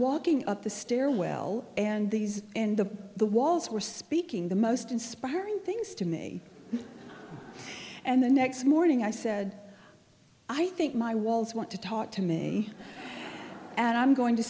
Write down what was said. walking up the stairwell and these end of the walls were speaking the most inspiring things to me and the next morning i said i think my walls want to talk to me and i'm going to